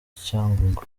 cyangugu